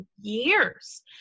years